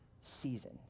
season